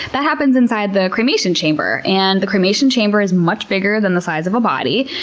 that happens inside the cremation chamber. and the cremation chamber is much bigger than the size of a body,